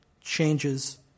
changes